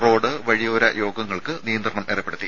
road വഴിയോര യോഗങ്ങൾക്ക് നിയന്ത്രണം ഏർപ്പെടുത്തി